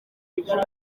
kuva